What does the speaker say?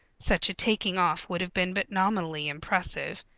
such a taking off would have been but nominally impressive,